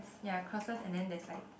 ya crossters and then there's like